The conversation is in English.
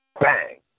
Bang